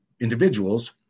individuals